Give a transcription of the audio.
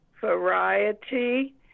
variety